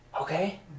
Okay